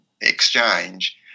exchange